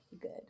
good